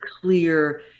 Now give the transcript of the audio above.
clear